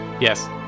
Yes